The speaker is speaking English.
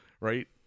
right